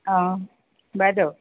অ বাইদেউ